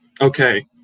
Okay